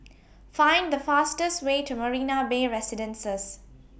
Find The fastest Way to Marina Bay Residences